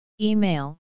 Email